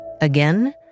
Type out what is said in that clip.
Again